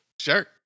Sure